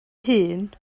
hŷn